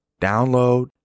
Download